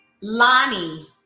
Lonnie